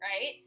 right